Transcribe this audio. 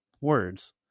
words